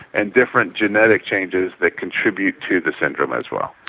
and different genetic changes that contribute to the syndrome as well.